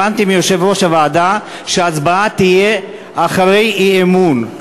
הבנתי מיושב-ראש הוועדה שההצבעה תהיה אחרי האי-אמון,